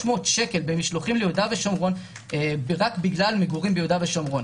שקל במשלוחים רק בגלל מגורים ביהודה ושומרון.